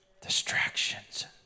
Distractions